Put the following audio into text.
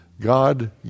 God